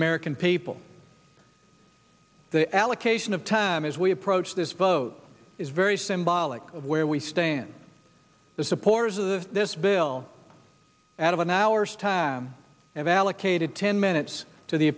american people the allocation of time as we approach this vote is very symbolic of where we stand the supporters of this bill out of an hour's time have allocated ten minutes to the